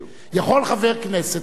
יכול חבר כנסת, כמובן,